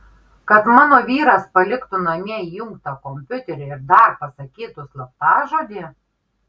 kad mano vyras paliktų namie įjungtą kompiuterį ir dar pasakytų slaptažodį